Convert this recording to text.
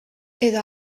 edo